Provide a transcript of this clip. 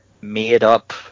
made-up